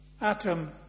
Atom